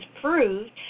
proved